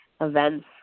events